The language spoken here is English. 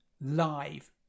live